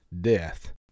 death